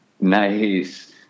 nice